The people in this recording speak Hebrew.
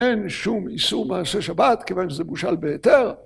אין שום איסור מעשה שבת כיוון שזה בושל בהיתר.